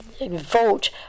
vote